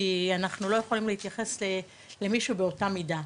כי אנחנו לא יכולים להתייחס למישהו באותה המידה.